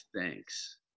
thanks